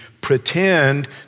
pretend